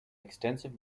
extensive